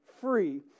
free